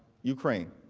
ukraine.